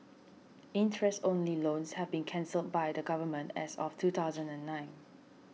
interest only loans have been cancelled by the Government as of two thousand and nine